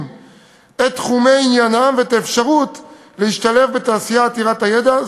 את תחומי עניינם ואת האפשרות להשתלב בתעשייה עתירת הידע.